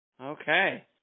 Okay